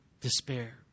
Despair